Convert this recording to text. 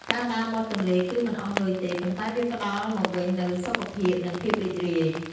ការដើរមាត់ទន្លេគឺមិនអស់លុយទេ ប៉ុន្តែវាផ្ដល់មកវិញនូវសុខភាព និងភាពរីករាយ។